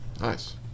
Nice